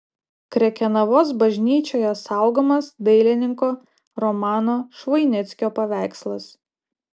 krekenavos bažnyčioje saugomas dailininko romano švoinickio paveikslas